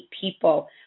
people